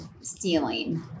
stealing